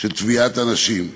של טביעת אנשים.